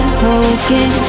broken